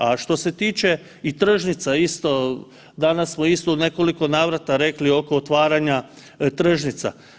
A što se tiče i tržnica isto, danas smo isto u nekoliko navrata rekli oko otvaranja tržnica.